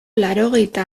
laurogeita